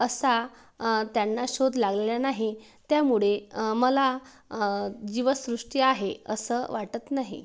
असा त्यांना शोध लागलेला नाही त्यामुळे मला जीवसृष्टी आहे असं वाटत नाही